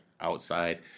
outside